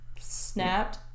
snapped